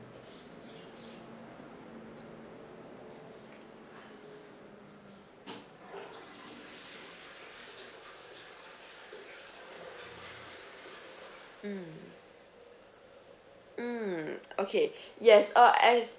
mm mm okay yes uh as